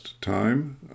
time